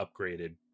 upgraded